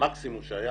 המקסימום שהיה,